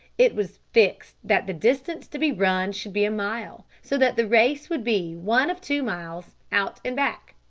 it was fixed that the distance to be run should be a mile, so that the race would be one of two miles, out and back.